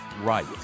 right